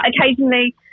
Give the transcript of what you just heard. occasionally